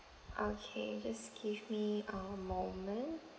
okay just give me a moment